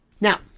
Now